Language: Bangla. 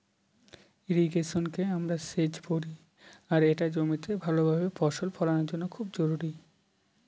ইর্রিগেশনকে আমরা সেচ বলি আর এটা জমিতে ভাল ভাবে ফসল ফলানোর জন্য খুব জরুরি